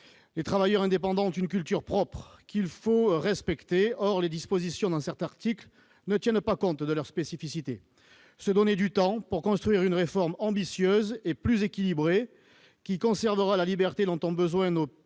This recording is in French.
Les travailleurs indépendants ont une culture propre qu'il faut respecter. Or les dispositions de cet article ne tiennent pas compte de leurs spécificités. Il faut se donner du temps pour construire une réforme ambitieuse et plus équilibrée qui conservera la liberté dont ont besoin nos petits